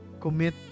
commit